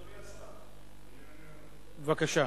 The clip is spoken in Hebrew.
בבקשה.